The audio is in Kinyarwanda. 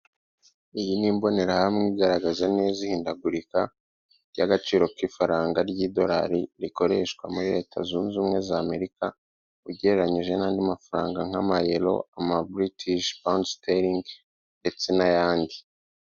Iyi ni imbonerahamwe igaragaza neza ihindagurika ry'agaciro k'ifaranga ry'idorari rikoreshwa muri Leta Zunze Ubumwe z'Amerika, ugereranyije n'andi mafaranga nk'amayero, ama British pound sterling ndetse n'ayandi.